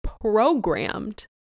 programmed